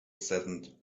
saddened